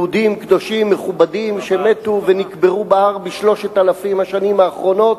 יהודים קדושים מכובדים שמתו ונקברו בהר ב-3,000 השנים האחרונות.